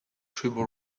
tribal